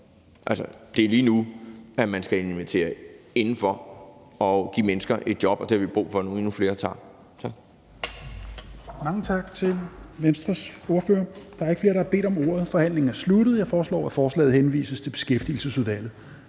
Det er lige nu, at de skal invitere mennesker indenfor og give dem et job. Det har vi brug for endnu flere får.